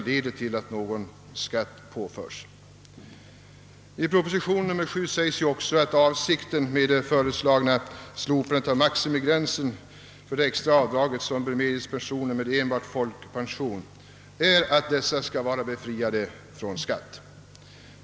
I proposition nr 7 sägs också att avsikten med det föreslagna slopandet av maximigränsen för det extra avdrag som bör medges personer med enbart folkpension är att dessa skall vara befriade från skatt.